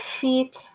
feet